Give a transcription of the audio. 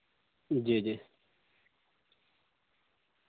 جی جی